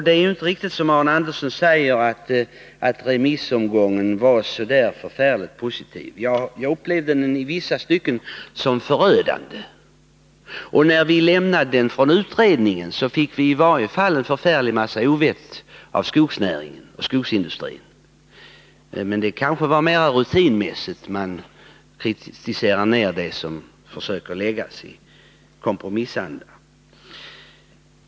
Det är inte riktigt som Arne Andersson säger, att remissomgången var så där förfärligt positiv — jag upplevde den i vissa stycken som förödande. När vi lämnade utredningens betänkande fick vi i varje fall en förfärlig massa ovett av skogsnäringen och skogsindustrin — men det kanske var mera rutinmässigt man kritiserade ner det förslag som vi försökte lägga fram i kompromissens anda.